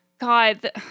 God